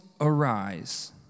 arise